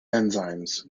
enzymes